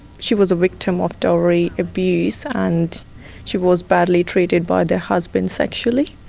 she was a victim of dowry abuse and she was badly treated by the husband sexually.